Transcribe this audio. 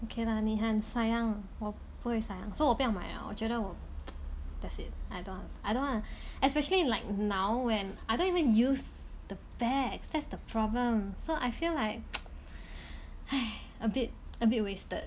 okay lah 你很 sayang 我不会 sayang so 我不要买了我觉得我 that's it I don't I don't wa~ especially like now when I don't even use the bag so that's the problem so I feel like !hais! a bit a bit wasted